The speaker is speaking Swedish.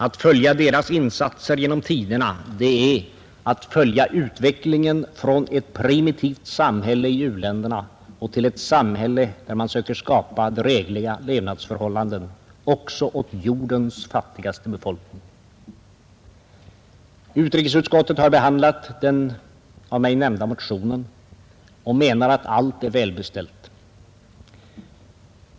Att följa deras insatser genom tiderna, det är att följa utvecklingen från ett primitivt samhälle i u-länderna till ett samhälle där man söker skapa drägliga levnadsförhållanden också åt jordens fattigaste befolkning. Utrikesutskottet har behandlat den av mig nämnda motionen och menar att allt är välbeställt.